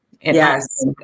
Yes